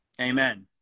Amen